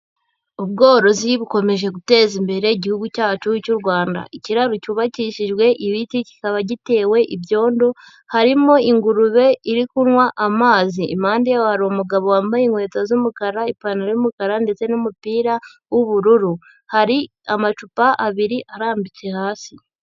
Ubworozi bukomeje guteza imbere igihugu cyacu cy'u Rwanda. Ikiraro cyubakishijwe ibiti, kikaba gitewe ibyondo, harimo ingurube iri kunywa amazi. Impande yaho hari umugabo wambaye inkweto z'umukara, ipantaro y'umukara ndetse n'umupira w'ubururu. Hari amacupa abiri arambitse hasi.